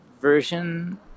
version